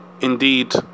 indeed